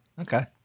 Okay